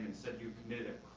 said you committed